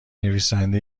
نویسنده